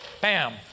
bam